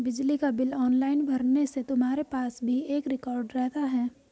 बिजली का bill online भरने से तुम्हारे पास भी एक रिकॉर्ड रहता है